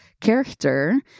character